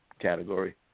category